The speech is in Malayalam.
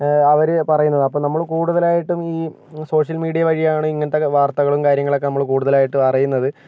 അവർ പറയുന്നത് അപ്പം നമ്മൾ കൂടുതലായിട്ടും ഇ സോഷ്യൽ മീഡിയ വഴിയാണ് ഇങ്ങനത്തെ വാർത്തകളും കാര്യങ്ങളൊക്കെ നമ്മൾ കൂടുതലായിട്ടും അറിയുന്നത്